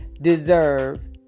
deserve